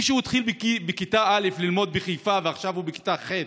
מי שהתחיל בכיתה א' ללמוד בחיפה ועכשיו הוא בכיתה ח'